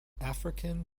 african